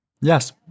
Yes